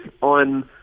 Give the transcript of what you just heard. on